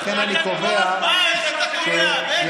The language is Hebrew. לכן אני קובע, זו דיקטטורה, צפון קוריאה.